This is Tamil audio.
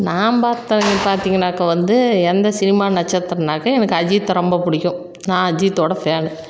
நான் பாத்தவங்க பார்த்திங்கனாக்க வந்து எந்த சினிமா நட்சத்திரம்னாக்க எனக்கு அஜித்தை ரொம்ப பிடிக்கும் நான் அஜித்தோட ஃபேனு